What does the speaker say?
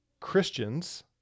Christians